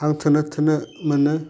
हां थोनो थोनो मोनो